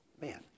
man